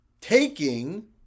Taking